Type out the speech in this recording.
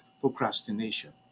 procrastination